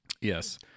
Yes